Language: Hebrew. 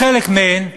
בחלק מהן,